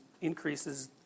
increases